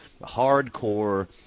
Hardcore